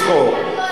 אל תעשי צחוק.